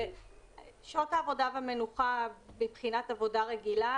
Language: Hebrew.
שעות עבודה ומנוחה מבחינת עבודה רגילה,